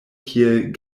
kiel